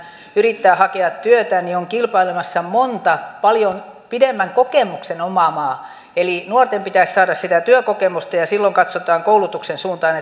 yrittää hakea työtä niin on kilpailemassa monta paljon pidemmän kokemuksen omaavaa eli nuorten pitäisi saada sitä työkokemusta ja ja silloin katsotaan koulutuksen suuntaan